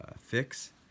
fix